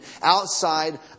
outside